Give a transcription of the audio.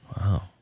Wow